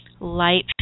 light